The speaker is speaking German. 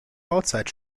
bauzeit